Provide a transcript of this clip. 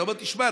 אתה אומר: תשמע,